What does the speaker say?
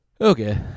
Okay